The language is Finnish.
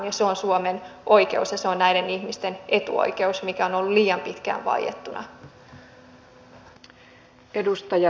se on suomen oikeus ja se on näiden ihmisten etuoikeus mikä on ollut liian pitkään vaiettuna